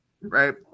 right